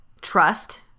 trust